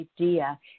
idea